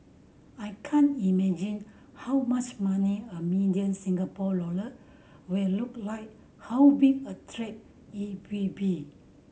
I can't imagine how much money a million Singapore dollar will look like how big a it will be